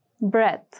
bread